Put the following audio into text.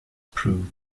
approved